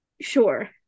sure